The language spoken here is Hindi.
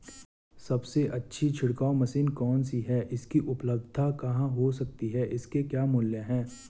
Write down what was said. सबसे अच्छी छिड़काव मशीन कौन सी है इसकी उपलधता कहाँ हो सकती है इसके क्या मूल्य हैं?